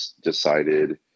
decided